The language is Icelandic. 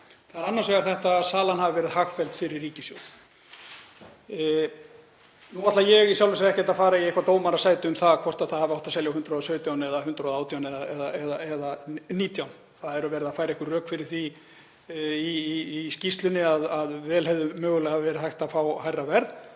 Það er annars vegar að salan hafi verið hagfelld fyrir ríkissjóð. Nú ætla ég í sjálfu sér ekkert að fara í eitthvert dómarasæti um það hvort það hafi átt að selja á 117 eða 118 eða 19. Það er verið að færa einhver rök fyrir því í skýrslunni að mögulega hefði verið hægt að fá hærra verð,